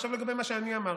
עכשיו לגבי מה שאני אמרתי.